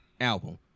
album